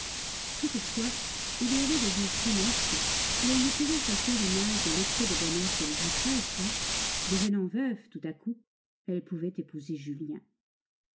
toutefois il y avait des jours funestes où elle ne pouvait chasser l'image de l'excès de bonheur qu'elle goûterait si devenant veuve tout à coup elle pouvait épouser julien